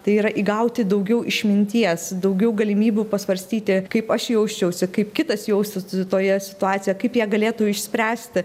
tai yra įgauti daugiau išminties daugiau galimybių pasvarstyti kaip aš jausčiausi kaip kitas jaustųsi šitoje situacijoje kaip ją galėtų išspręsti